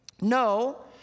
No